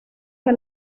que